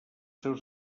seus